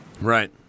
Right